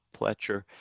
pletcher